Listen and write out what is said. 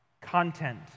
content